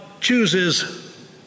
chooses